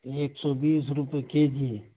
ایک سو بیس روپے کے جی